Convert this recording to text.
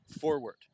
forward